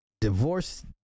divorce